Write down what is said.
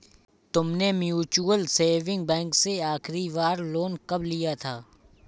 तुमने mutual saving bank से आखरी बार लोन कब लिया था?